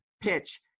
PITCH